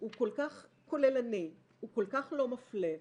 כל כך כוללני וכל כך לא מפלה.